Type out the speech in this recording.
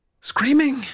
Screaming